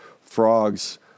frogs